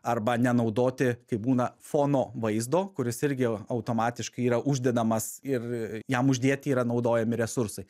arba nenaudoti kaip būna fono vaizdo kuris irgi automatiškai yra uždedamas ir jam uždėti yra naudojami resursai